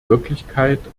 wirklichkeit